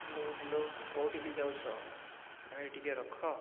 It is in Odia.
ହ୍ୟାଲୋ ହ୍ୟାଲୋ କେଉଁଠିକି ଯାଉଛ ଭାଇ ଟିକେ ରଖ